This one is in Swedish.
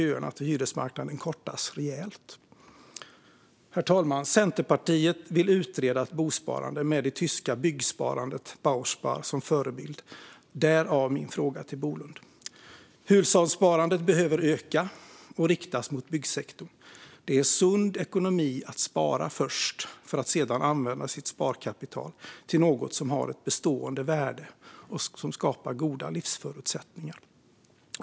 Herr talman! Centerpartiet vill utreda ett bosparande med det tyska byggsparandet, Bauspar, som förebild - därav min fråga till Bolund. Hushållssparandet behöver öka och riktas mot byggsektorn. Det är sund ekonomi att spara först för att sedan använda sitt sparkapital till något som har ett bestående värde och som skapar goda livsförutsättningar.